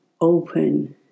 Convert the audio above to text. open